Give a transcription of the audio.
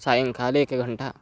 सायङ्काले एकघण्टा